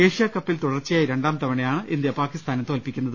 ഏഷ്യാകപ്പിൽ തുടർച്ചയായി രണ്ടാംതവണയാണ് ഇന്ത്യ പാക്കിസ്ഥാനെ തോൽപിക്കുന്നത്